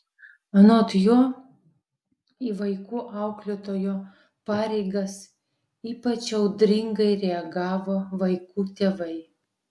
anot jo į vaikų auklėtojo pareigas ypač audringai reagavo vaikų tėvai